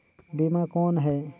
बीमा कौन है?